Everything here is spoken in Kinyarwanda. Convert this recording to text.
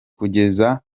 kugeza